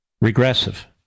Regressive